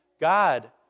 God